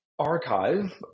archive